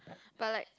but like